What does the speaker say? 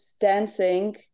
dancing